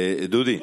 דודי,